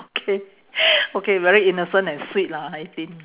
okay okay very innocent and sweet lah eighteen